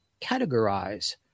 categorize